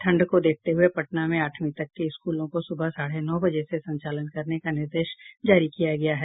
ठंड को देखते हुए पटना में आठवीं तक के स्कूलों को सुबह साढ़े नौ बजे से संचालन करने का निर्देश जारी किया गया है